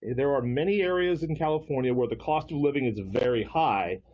there are many areas in california where the cost of living is very high,